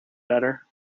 better